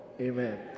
Amen